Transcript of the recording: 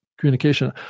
communication